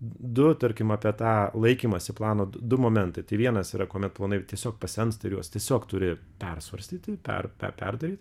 du tarkim apie tą laikymąsi plano du momentai vienas yra kuomet planai tiesiog pasensta ir juos tiesiog turi persvarstyti per per perdaryti